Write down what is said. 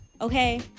Okay